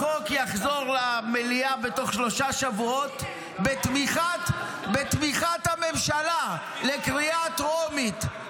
החוק יחזור למליאה בתוך שלושה שבועות בתמיכת הממשלה לקריאה טרומית.